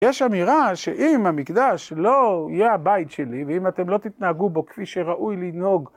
יש אמירה שאם המקדש לא יהיה הבית שלי ואם אתם לא תתנהגו בו כפי שראוי לנהוג